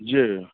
जी